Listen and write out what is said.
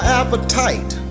appetite